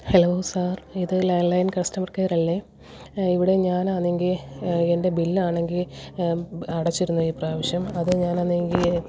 hello sir ഇത് land line customer കെയറല്ലേ ഇവിടെ ഞാനാണെങ്കിൽ എന്റെ ബില്ലാണെങ്കിൽ അടച്ചിരുന്നു ഇപ്രാവശ്യം അത് ഞാനാണെങ്കിൽ